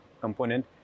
component